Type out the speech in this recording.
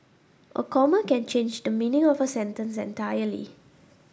a comma can change the meaning of a sentence entirely